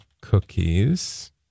cookies